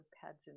pageant